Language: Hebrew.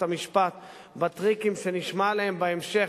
המשפט בטריקים שנשמע עליהם בהמשך,